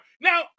Now